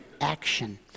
action